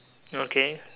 okay